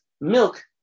milk